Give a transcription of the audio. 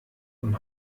und